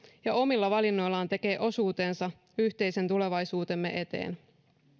ja omilla valinnoillaan tekee osuutensa yhteisen tulevaisuutemme eteen